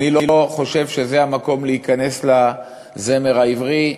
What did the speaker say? אני לא חושב שזה המקום להיכנס למה זה הזמר העברי,